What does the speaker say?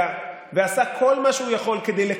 נירה,